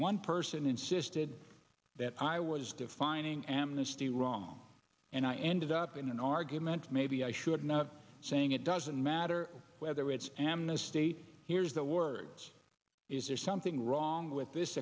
one person insisted that i was defining amnesty wrong and i ended up in an argument maybe i should not saying it doesn't matter whether it's an the state here's the words is there something wrong with this